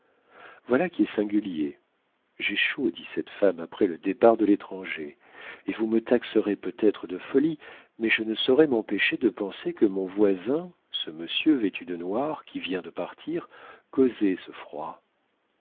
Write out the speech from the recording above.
voilà qui est singulier j'ai chaud dit cette femme après le départ de l'étranger et vous me taxerez peut-être de folie mais je ne saurais m'empêcher de penser que mon voisin ce monsieur vêtu de noir qui vient de partir causait ce froid